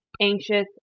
anxious